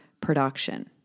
production